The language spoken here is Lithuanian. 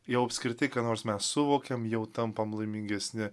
jau apskritai ką nors mes suvokiam jau tampam laimingesni